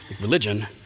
Religion